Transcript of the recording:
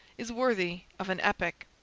is worthy of an epic.